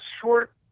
short